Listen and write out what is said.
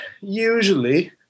usually